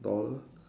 dollar